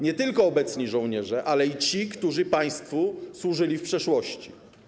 Nie tylko obecni żołnierze, ale i ci, którzy państwu służyli w przeszłości.